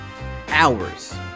hours